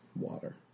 water